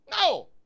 No